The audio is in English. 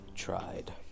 Tried